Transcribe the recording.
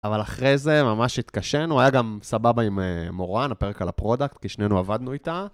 אבל אחרי זה ממש התקשינו, היה גם סבבה עם מורן, הפרק על הפרודקט, כי שנינו עבדנו איתה.